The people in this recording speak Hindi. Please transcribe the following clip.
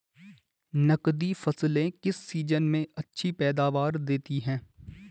नकदी फसलें किस सीजन में अच्छी पैदावार देतीं हैं?